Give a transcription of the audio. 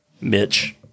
Mitch